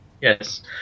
Yes